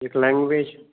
language